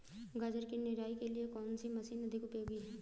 गाजर की निराई के लिए कौन सी मशीन अधिक उपयोगी है?